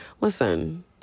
Listen